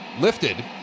lifted